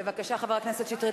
בבקשה, חבר הכנסת שטרית.